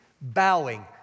bowing